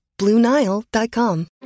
BlueNile.com